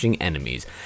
enemies